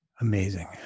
Amazing